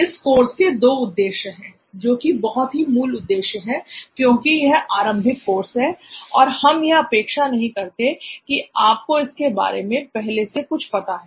इस कोर्स के दो उद्देश्य हैं जो कि बहुत ही मूल उद्देश्य है क्योंकि यह आरंभिक कोर्स है और हम यह अपेक्षा नहीं करते हैं कि आपको इसके बारे में पहले से कुछ पता है